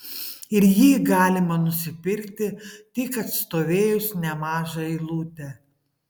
ir jį galima nusipirkti tik atstovėjus nemažą eilutę